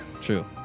True